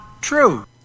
true